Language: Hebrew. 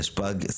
התשפ"ג,